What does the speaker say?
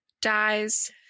dies